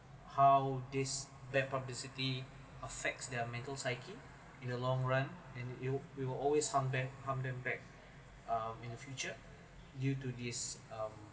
how this bad publicity affects their mental psyche in the long run and you you will always harm back harm them back um in the future due to this um